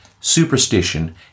superstition